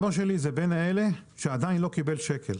אבא שלי זה מאלה שעדיין לא קיבל שקל,